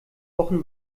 wochen